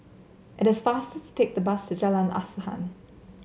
it is faster to take the bus to Jalan Asuhan